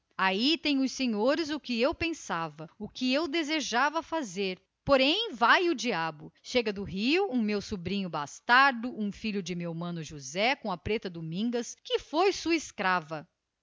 aí têm os senhores o que eu pensava fazer porém vai o diabo chega do rio um meu sobrinho bastardo um filho do defunto mano josé com a preta domingas que foi sua escrava